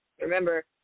Remember